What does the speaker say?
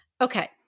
okay